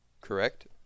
Correct